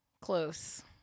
Close